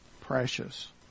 precious